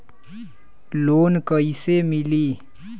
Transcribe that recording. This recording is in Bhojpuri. लोन कइसे मिलि?